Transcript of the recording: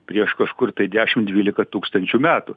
prieš kažkur tai dešim dvylika tūkstančių metų